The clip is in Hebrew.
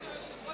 תפקיד היושב-ראש,